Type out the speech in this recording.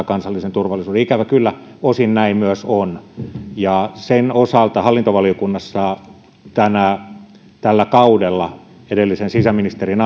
kansallisen turvallisuuden ikävä kyllä osin näin myös on sen osalta hallintovaliokunnassa tällä kaudella edellisen sisäministerin